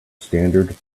standard